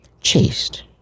chaste